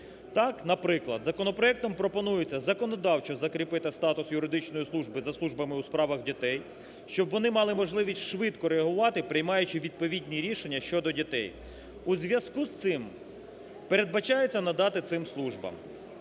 Так, наприклад, законопроектом пропонується законодавчо закріпити статус юридичної служби за службами у справах дітей, щоб вони мали можливість швидко реагувати приймаючи відповідні рішення щодо дітей. У зв'язку з цим передбачається надати цим службам: